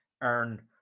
earn